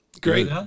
Great